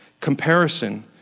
Comparison